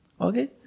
okay